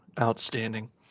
Outstanding